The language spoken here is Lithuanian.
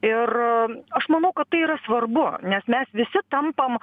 ir aš manau kad tai yra svarbu nes mes visi tampam